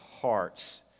hearts